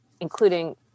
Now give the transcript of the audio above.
including